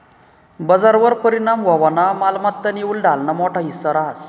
बजारवर परिणाम व्हवामा मालमत्तानी उलाढालना मोठा हिस्सा रहास